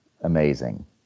amazing